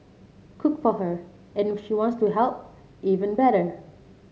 cook for her and if she wants to help even better